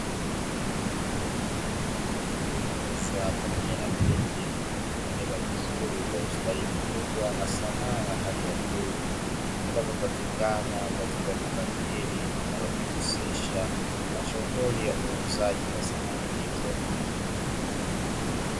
Meza pamoja na viti vilivyo tengenezwa vizuri kwa ustadi mkubwa na sanaa ya hali ya juu, vinavyo patikana katika duka hili linalojihusisha na shughuli ya uuzaji wa samani hizo.